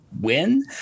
win